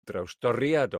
drawstoriad